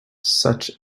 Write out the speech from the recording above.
such